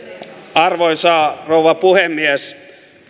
arvoisa rouva puhemies